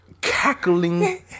cackling